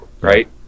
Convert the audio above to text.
right